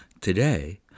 Today